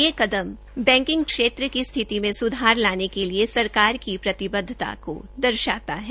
यह कदम बैकिंग क्षेत्र की स्थिति में सुधार लाने के लिए सरकार की प्रतिबद्वता को दर्शाता है